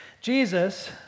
Jesus